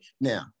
now